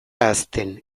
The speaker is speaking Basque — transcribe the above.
hazten